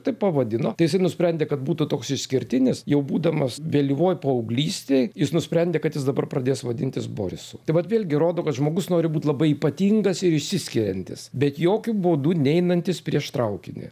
taip pavadino tai jisai nusprendė kad būtų toks išskirtinis jau būdamas vėlyvoj paauglystėj jis nusprendė kad jis dabar pradės vadintis borisu tai vat vėlgi rodo kad žmogus nori būt labai ypatingas ir išsiskiriantis bet jokiu būdu neinantis prieš traukinį